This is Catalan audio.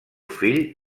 fill